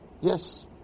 Yes